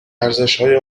ارزشهای